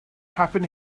happen